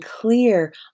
clear